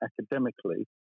academically